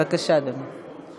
בבקשה, אדוני.